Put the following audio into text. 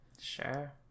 Sure